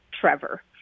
Trevor